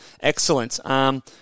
Excellent